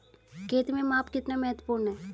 खेत में माप कितना महत्वपूर्ण है?